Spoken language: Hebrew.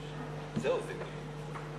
לחברי הכנסת.